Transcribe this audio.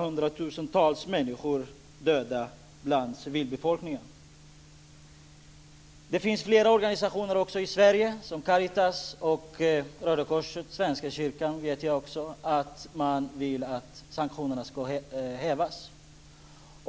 hundratusentals människor har dött bland civilbefolkningen. Det finns flera organisationer i Sverige, Caritas, Röda korset, Svenska kyrkan, som vill att sanktionerna ska hävas.